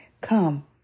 come